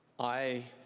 i